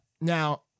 Now